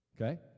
okay